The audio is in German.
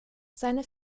seine